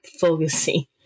focusing